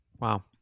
Wow